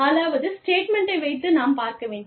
அதாவது ஸ்டேட்மெண்ட்டை வைத்து நாம் பார்க்க வேண்டும்